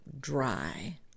dry